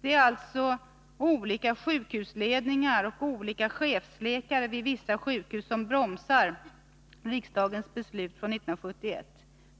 Det är alltså olika sjukhusledningar och olika chefsläkare vid vissa sjukhus som bromsar riksdagens beslut från 1971